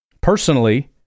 Personally